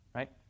Right